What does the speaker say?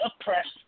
oppressed